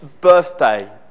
birthday